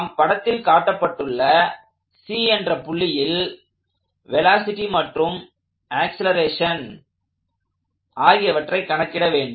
நாம் படத்தில் காட்டப்பட்டுள்ள C என்ற புள்ளியில் வெலாசிட்டி மற்றும் ஆக்ஸலரேஷன் ஆகியவற்றை கணக்கிட வேண்டும்